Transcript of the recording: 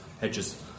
hedges